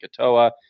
Katoa